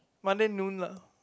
Monday noon lah